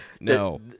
no